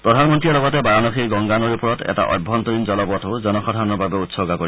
প্ৰধানমন্ৰীয়ে লগতে বাৰানসীৰ গংগা নৈৰ ওপৰত এটা অভ্যন্তৰীণ জলপথো জনসাধাৰণৰ বাবে উৎসৰ্গা কৰিব